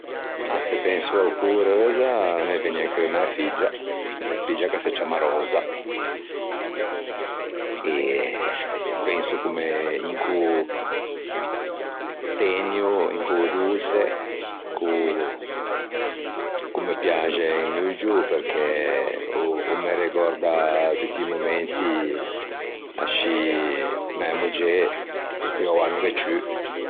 Ah se penso a-o cô reusa me vëgne in cheu mæ figgia, mæ figgia ch'a se ciamma Rosa e o penso comme un cô teñio, un cô doçe, un cô ch'o me piaxe un muggio perché o me regòrda tutti i momenti ascì mæ moggê che oua a no gh'é ciù.